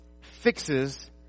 fixes